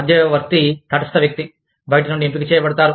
మధ్యవర్తి తటస్థ వ్యక్తి బయటి నుండి ఎంపిక చేయబడతారు